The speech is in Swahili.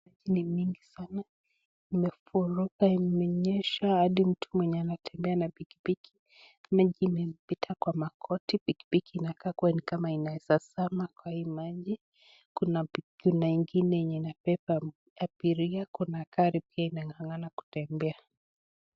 Maji ni mingi sana, imefurika, imenyesha hadi mtu mwenye anatembea na pikipiki maji imepita kwa magoti, pikipiki inakuwa kama inaweza zama kwa hii maji, kuna ingine yenye inabeba abiria, kuna gari pia inang'ang'ana kutembea.